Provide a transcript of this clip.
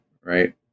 right